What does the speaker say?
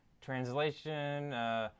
translation